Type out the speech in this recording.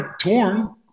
torn